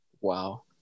Wow